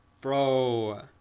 bro